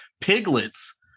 Piglets